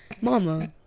Mama